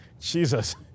Jesus